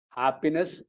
happiness